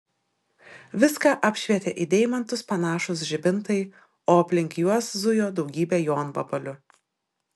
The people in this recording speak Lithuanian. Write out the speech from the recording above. viską apšvietė į deimantus panašūs žibintai o aplink juos zujo daugybė jonvabalių